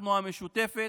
אנחנו, המשותפת.